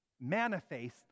manifest